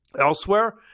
Elsewhere